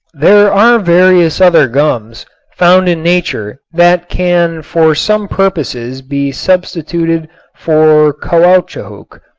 there are various other gums found in nature that can for some purposes be substituted for caoutchouc.